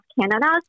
Canada